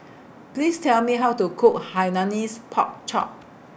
Please Tell Me How to Cook Hainanese Pork Chop